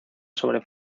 sobre